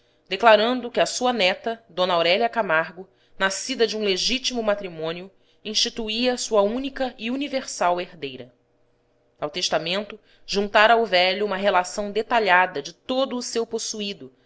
declarando que à sua neta d aurélia camargo nascida de um legítimo matrimônio instituía sua única e universal herdeira ao testamento juntara o velho uma relação detalhada de todo o seu possuído